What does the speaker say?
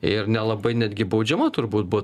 ir nelabai netgi baudžiama turbūt buvo